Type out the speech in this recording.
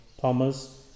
Thomas